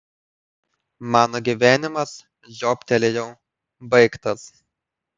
mano gyvenimas žiobtelėjau baigtas